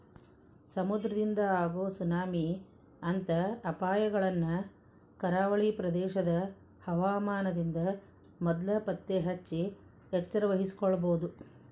ಸಮುದ್ರದಿಂದ ಆಗೋ ಸುನಾಮಿ ಅಂತ ಅಪಾಯಗಳನ್ನ ಕರಾವಳಿ ಪ್ರದೇಶದ ಹವಾಮಾನದಿಂದ ಮೊದ್ಲ ಪತ್ತೆಹಚ್ಚಿ ಎಚ್ಚರವಹಿಸಬೊದು